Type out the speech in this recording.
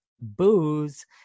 booze